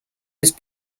was